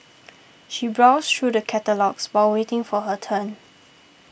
she browsed through the catalogues while waiting for her turn